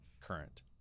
Current